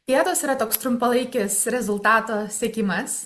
dietos yra toks trumpalaikis rezultato siekimas